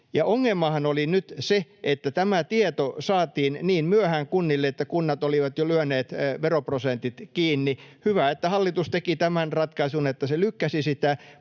Ongelmahan oli nyt se, että tämä tieto saatiin kunnille niin myöhään, että kunnat olivat jo lyöneet veroprosentit kiinni. Hyvä, että hallitus teki tämän ratkaisun, että se lykkäsi sitä,